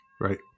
right